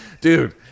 Dude